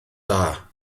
dda